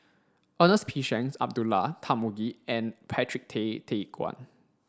Ernest P Shanks Abdullah Tarmugi and Patrick Tay Teck Guan